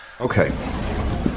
Okay